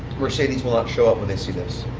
mercedes will not show up when they see this.